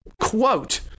quote